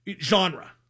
genre